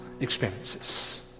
experiences